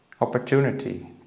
opportunity